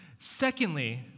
Secondly